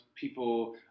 people